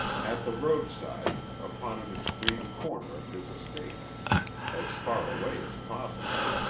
at the roadside, upon an extreme corner of his estate as far away as possible,